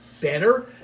better